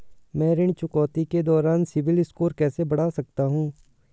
मैं ऋण चुकौती के दौरान सिबिल स्कोर कैसे बढ़ा सकता हूं?